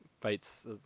fights